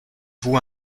vous